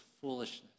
foolishness